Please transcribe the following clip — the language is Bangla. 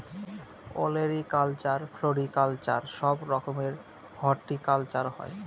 ওলেরিকালচার, ফ্লোরিকালচার সব রকমের হর্টিকালচার হয়